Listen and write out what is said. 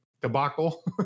debacle